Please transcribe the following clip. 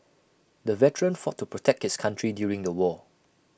the veteran fought to protect his country during the war